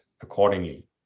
accordingly